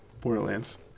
Borderlands